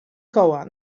koła